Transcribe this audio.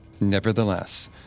Nevertheless